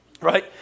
right